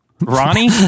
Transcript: Ronnie